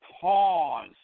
pause